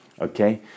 Okay